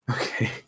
Okay